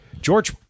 George